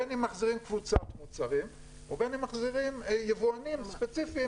בין אם מחזירים קבוצות מוצרים ובין אם מחזירים יבואנים ספציפיים